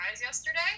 yesterday